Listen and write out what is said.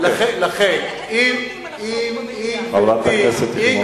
אין דיונים על החוק במליאה.